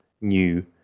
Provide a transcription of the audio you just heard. new